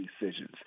decisions